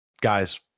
guys